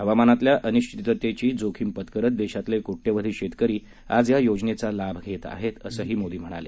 हवामानातल्या अनिश्विततेची जोखीम पत्करत देशातले कोटयावधी शेतकरी आज या योजनेचा लाभ घेत आहेत असंही मोदी म्हणाले